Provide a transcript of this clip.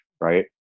right